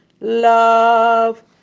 love